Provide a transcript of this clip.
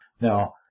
Now